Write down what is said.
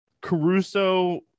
Caruso